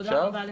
תודה רבה לך.